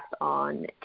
on